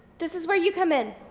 this is where you come in.